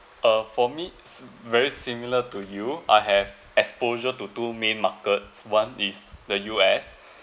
uh for me it's very similar to you I have exposure to two main markets one is the U_S